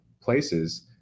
places